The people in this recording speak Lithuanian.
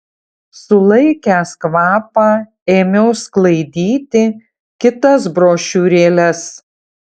sulaikęs kvapą ėmiau sklaidyti kitas brošiūrėles